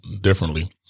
differently